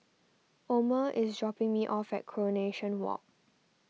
Omer is dropping me off at Coronation Walk